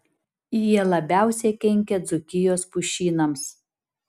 jie labiausiai kenkia dzūkijos pušynams